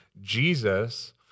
Jesus